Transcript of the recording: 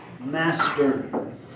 Master